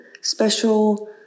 special